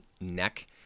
neck